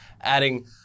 Adding